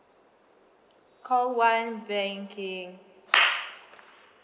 call one banking